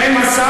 מספיק.